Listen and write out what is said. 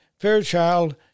Fairchild